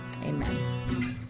Amen